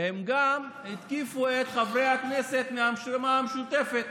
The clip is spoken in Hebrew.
והם גם התקיפו את חברי הכנסת מהרשימה המשותפת,